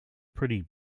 pretty